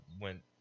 went